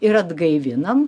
ir atgaivinam